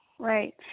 right